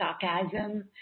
sarcasm